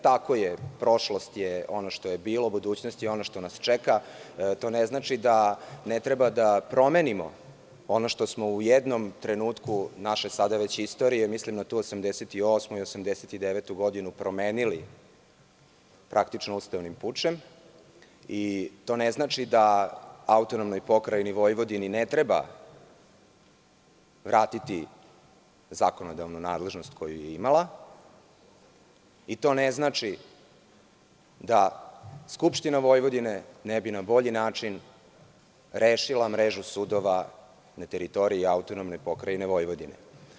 Tako je, prošlost je ono što je bilo, a budućnost je ono što nas čeka, ali to ne znači da ne treba da promenimo ono što smo u jednom trenutku, naše sada već istorije, mislim na tu 1988, 1989, godinu, promenili, praktično, ustavnim pučem, to ne znači da AP Vojvodini ne treba vratiti zakonodavnu nadležnost koju je imala, to ne znači da Skupština Vojvodine ne bi na bolji način rešila mrežu sudova na teritoriji AP Vojvodine.